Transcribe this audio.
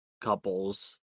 couples